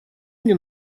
мне